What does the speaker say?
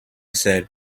said